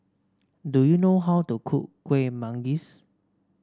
do you know how to cook Kueh Manggis